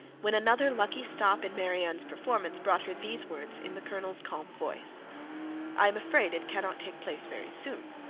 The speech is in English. when another lucky stop in marianne's performance brought her these words in the colonel's calm voice i am afraid it cannot take place very soon.